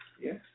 Yes